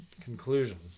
Conclusion